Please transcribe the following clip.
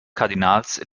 kardinals